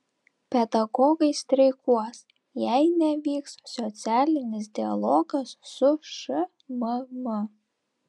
pedagogai streikuos jei nevyks socialinis dialogas su šmm